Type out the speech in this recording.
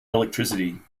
electricity